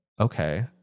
Okay